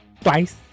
twice